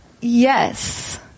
Yes